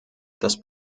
das